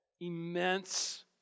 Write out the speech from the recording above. immense